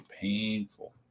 painful